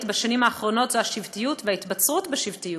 בשנים האחרונות זה השבטיות וההתבצרות בשבטיות,